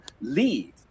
leave